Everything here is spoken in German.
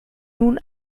nun